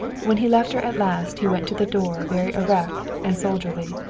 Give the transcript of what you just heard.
when he left her at last he went to the door, very erect and soldierly.